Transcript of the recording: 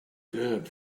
good